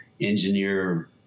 engineer